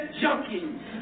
junkies